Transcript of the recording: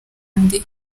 undi